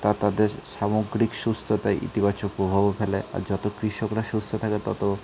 তা তাদের সামগ্রিক সুস্থতায় ইতিবাচক প্রভাবও ফেলে আর যত কৃষকরা সুস্থ থাকে তত